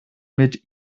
mit